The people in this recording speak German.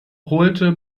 holte